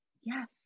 Yes